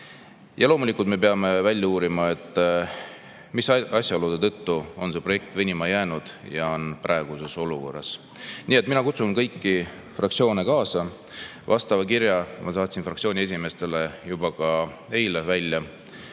Ja loomulikult me peame välja uurima, mis asjaolude tõttu on see projekt venima jäänud ja on praeguses [seisus].Nii et mina kutsun üles kõiki fraktsioone [eelnõu toetama]. Vastava kirja ma saatsin fraktsiooniesimeestele juba eile välja.